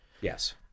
Yes